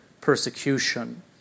persecution